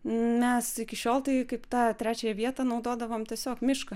nes iki šiol tai kaip tą trečiąją vietą naudodavom tiesiog mišką